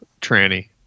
tranny